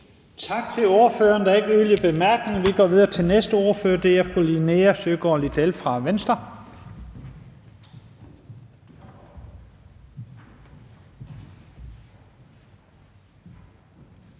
Tak til ordføreren. Der er ikke yderligere bemærkninger. Vi går videre til næste ordfører, og det er fru Linea Søgaard-Lidell fra Venstre.